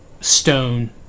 stone